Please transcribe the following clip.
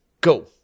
go